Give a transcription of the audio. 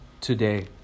today